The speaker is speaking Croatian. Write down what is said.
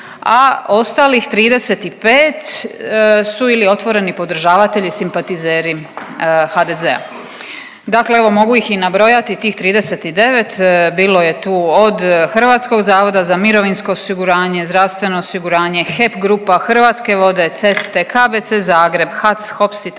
a ostalih 35 su ili otvoreni podržavatelji simpatizeri HDZ-a. Dakle, evo mogu ih i nabrojati tih 39 bilo je tu od HZMO-a, zdravstveno osiguranje, HEP Grupa, Hrvatske vode, ceste, KBC Zagreb, HAC, HOPS itd.,